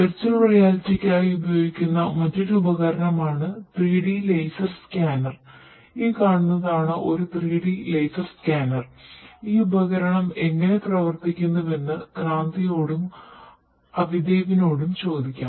virtual റിയാലിറ്റിക്കായി ചോദിക്കാം